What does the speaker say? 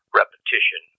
repetition